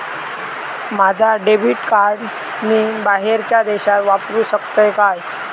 माझा debit card मी बाहेरच्या देशात वापरू शकतय काय?